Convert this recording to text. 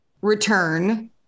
return